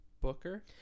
booker